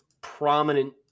prominent